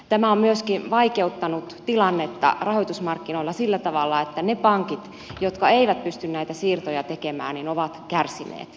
tämä on myöskin vaikeuttanut tilannetta rahoitusmarkkinoilla sillä tavalla että ne pankit jotka eivät pysty näitä siirtoja tekemään ovat kärsineet